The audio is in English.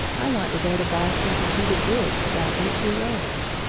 i want to go to boston to see the bridge about which he wrote.